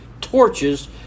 torches